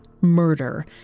murder